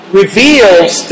reveals